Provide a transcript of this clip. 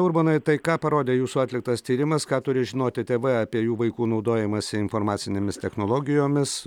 urbonai tai ką parodė jūsų atliktas tyrimas ką turi žinoti tėvai apie jų vaikų naudojimąsi informacinėmis technologijomis